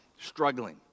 struggling